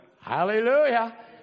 Hallelujah